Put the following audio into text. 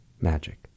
magic